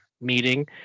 meeting